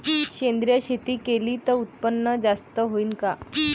सेंद्रिय शेती केली त उत्पन्न जास्त होईन का?